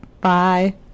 Bye